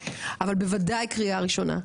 אבל בוודאי קריאה ראשונה,